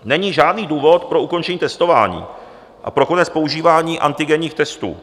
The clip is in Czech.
Není žádný důvod pro ukončení testování a pro konec používání antigenních testů.